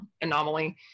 anomaly